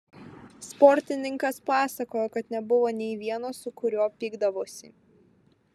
sportininkas pasakojo kad nebuvo nei vieno su kuriuo pykdavosi